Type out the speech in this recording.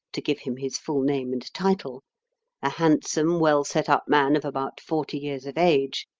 to give him his full name and title a handsome, well-set-up man of about forty years of age,